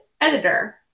editor